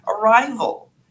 Arrival